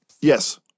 Yes